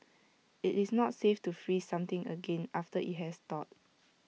IT is not safe to freeze something again after IT has thawed